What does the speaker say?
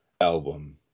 album